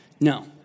No